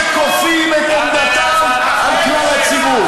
שכופים את עמדתם על כלל הציבור.